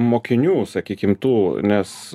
mokinių sakykim tų nes